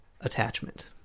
attachment